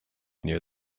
near